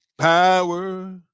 power